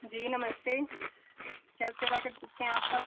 जी नमस्ते क्या सेवा कर सकते हैं आपका